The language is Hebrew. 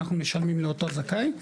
אנחנו משלמים לאותו זכאי,